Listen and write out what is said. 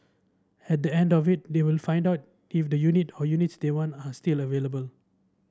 at the end of it they will find out if the unit or units they want are still available